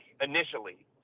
initially